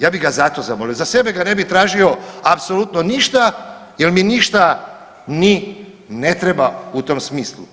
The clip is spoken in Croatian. Ja bi ga za to zamolio, za sebe ga ne bi tražio apsolutno ništa jer mi ništa ni ne treba u tom smislu.